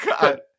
God